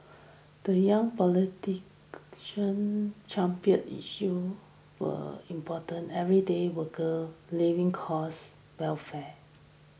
the young politician championed issues were important everyday worker living costs welfare